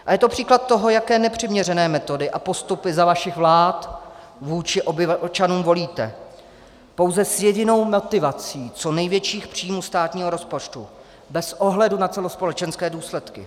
A je to příklad toho, jaké nepřiměřené metody a postupy za vašich vlád vůči občanům volíte, pouze s jedinou motivací co největších příjmů státního rozpočtu bez ohledu na celospolečenské důsledky.